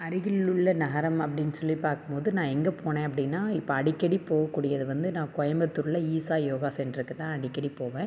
அருகில் உள்ள நகரம் அப்டின்னு சொல்லி பார்க்கும் போது நான் எங்கே போனேன் அப்படின்னா இப்போ அடிக்கடி போகக்கூடியது வந்து நான் கோயம்புத்தூரில் வந்து ஈஷா யோகா சென்ட்ருக்கு தான் அடிக்கடி போவேன்